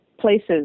places